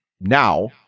now